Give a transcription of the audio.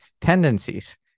tendencies